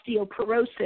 osteoporosis